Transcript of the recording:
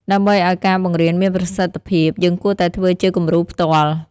ដើម្បីឱ្យការបង្រៀនមានប្រសិទ្ធភាព យើងគួរតែធ្វើជាគំរូផ្ទាល់។